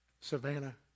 Savannah